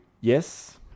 yes